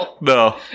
No